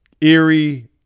Eerie